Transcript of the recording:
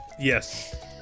Yes